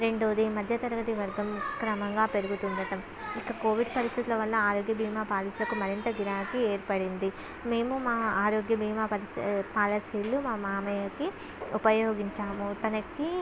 రెండవది మధ్య తరగతి వర్గం క్రమంగా పెరుగుతూ ఉండటం ఇంక కోవిడ్ పరిస్థితుల వల్ల ఆరోగ్య భీమా పాలసీలకు మరింత గిరాకీ ఏర్పడింది మేము మా ఆరోగ్య భీమా పాలసీలు మా మామయ్యకి ఉపయోగించాము తనకి